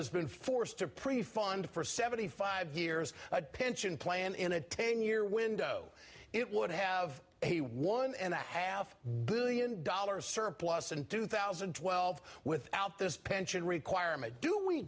has been forced to prefund for seventy five years a pension plan in a ten year window it would have a one and a half billion dollars surplus and do thousand and twelve without this pension requirement do we